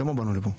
למה באנו לכאן?